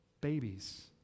babies